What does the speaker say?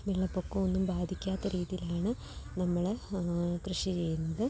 വെള്ളപൊക്കമോ ഒന്നും ബാധിക്കാത്ത രീതിയിലാണ് നമ്മൾ കൃഷി ചെയ്യുന്നത്